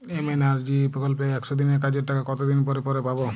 MNREGA প্রকল্পে একশ দিনের কাজের টাকা কতদিন পরে পরে পাব?